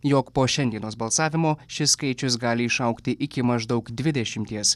jog po šiandienos balsavimo šis skaičius gali išaugti iki maždaug dvidešimties